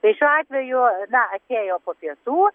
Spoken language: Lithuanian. tai šiuo atveju na ėjo po pietų